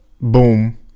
boom